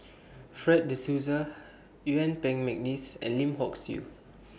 Fred De Souza Yuen Peng Mcneice and Lim Hock Siew